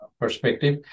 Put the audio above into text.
perspective